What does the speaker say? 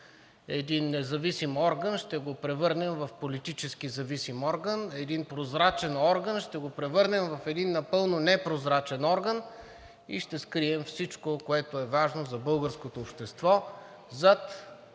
един независим орган ще превърнем в политически зависим орган, един прозрачен орган ще превърнем в един напълно непрозрачен орган и ще скрием всичко, което е важно за българското общество,